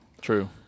True